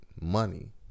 money